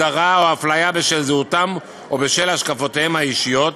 הדרה או אפליה בשל זהותם או בשל השקפותיהם האישיות,